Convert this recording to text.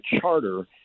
charter